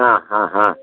ആ ഹ ഹ